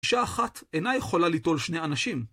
אישה אחת אינה יכולה ליטול שני אנשים.